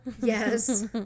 yes